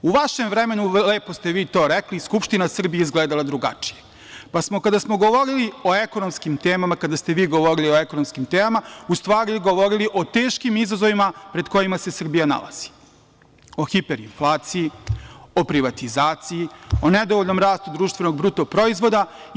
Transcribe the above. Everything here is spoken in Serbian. U vašem vremenu lepo ste vi to rekli, Skupština Srbije je izgledala drugačije, pa smo kada smo govorili o ekonomskim temama, kada ste vi govorili o ekonomskim temama, u stvari govorili o teškim izazovima pred kojima se Srbija nalazi, o hiperinflaciji, o privatizaciji, o nedovoljnom rastu društvenog bruto proizvode.